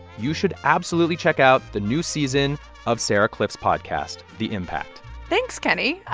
you should absolutely check out the new season of sarah kliff's podcast, the impact thanks, kenny.